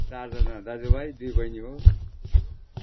चारजना दाजुभाइ दुई बैनी हो